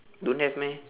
don't have meh